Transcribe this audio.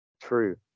true